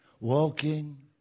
walking